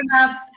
enough